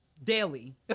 daily